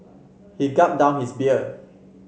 he gulped down his beer